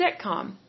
sitcom